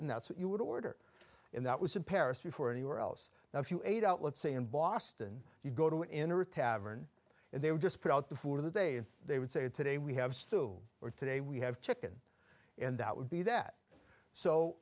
and that's what you would order and that was in paris before anywhere else now if you ate out let's say in boston you go to an inner tavern and they would just put out the for the day and they would say today we have stew or today we have chicken and that would be that so